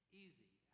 easy